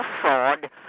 fraud